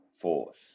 force